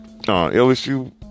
LSU